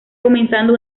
comenzando